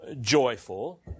joyful